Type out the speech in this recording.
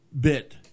bit